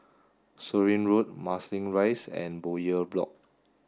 Surin Road Marsiling Rise and Bowyer Block